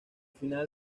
final